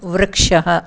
वृक्षः